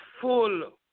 full